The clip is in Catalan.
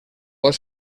pot